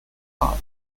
butter